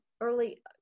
early